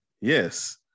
Yes